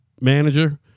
manager